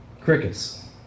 Crickets